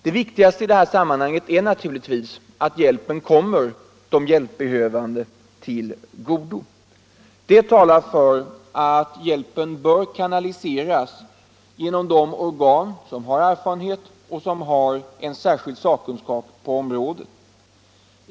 Det viktigaste i detta sammanhang är naturligtvis att hjälpen kommer de hjälpbehövande till godo. Det talar för att hjälpen bör kanaliseras inom de organ som har erfarenhet och särskild sakkunskap på området.